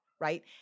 Right